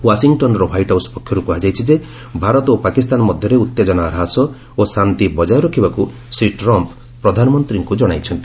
ୱାଶିଂଟନ୍ର White House ପକ୍ଷରୁ କୁହାଯାଇଛି ଯେ ଭାରତ ଓ ପାକିସ୍ତାନ ମଧ୍ୟରେ ଉତ୍ତେଜନା ହ୍ରାସ ଓ ଶାନ୍ତି ବଜାୟ ରଖିବାକୁ ଶ୍ରୀ ଟ୍ରମ୍ପ୍ ପ୍ରଧାନନ୍ତ୍ରୀଙ୍କୁ ଜଣାଇଛନ୍ତି